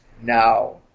now